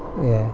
oh ya